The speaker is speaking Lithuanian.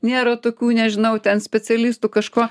nėra tokių nežinau ten specialistų kažko